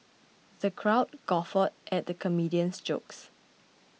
the crowd guffawed at the comedian's jokes